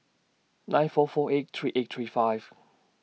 nine four four eight three eight three five